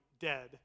dead